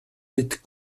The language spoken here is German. mit